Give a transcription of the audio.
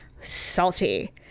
salty